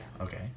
Okay